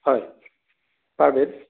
হয় পাৰ বেড